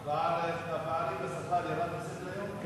כן.